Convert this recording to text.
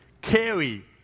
carry